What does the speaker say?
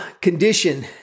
condition